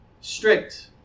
strict